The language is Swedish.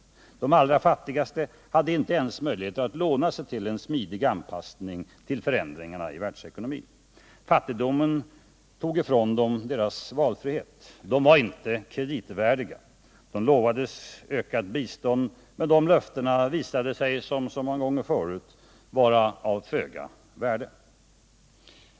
De allra fattigaste hade inte ens möjlighet att låna sig till en smidig anpassning till förändringarna i världsekonomin. Fattigdomen tog ifrån dem deras valfrihet. De var ”icke kreditvärdiga”. De lovades ökat bistånd, men löftena visade sig som så många gånger tidigare vara av föga värde.